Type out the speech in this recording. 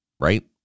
right